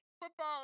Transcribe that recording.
football